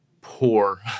poor